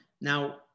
Now